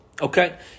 Okay